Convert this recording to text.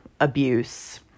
abuse